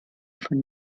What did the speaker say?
von